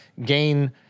gain